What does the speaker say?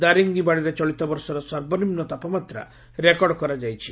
ଦାରିଙିବାଡ଼ଇରେ ଚଳିତବର୍ଷର ସର୍ବନିମ୍ ତାପମାତ୍ରା ରେକର୍ଡ କରାଯାଇଛି